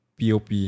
POP